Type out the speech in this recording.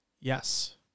Yes